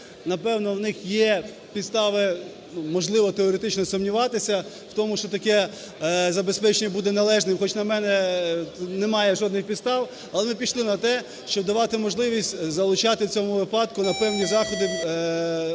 напевно, у них є підстави, можливо, теоретично сумніватися в тому, що таке забезпечення буде належним. Хоч, як на мене, немає жодних підстав. Але ми пішли на те, щоб давати можливість залучати в цьому випадку на певні заходи